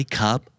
cup